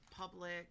Public